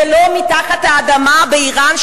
ולא מתחת לאדמה באירן,